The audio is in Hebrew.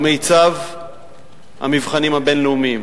האגודה לזכויות האזרח,